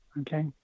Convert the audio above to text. Okay